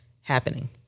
happening